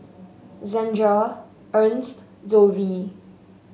Zandra Ernst Dovie